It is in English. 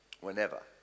whenever